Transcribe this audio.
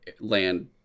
land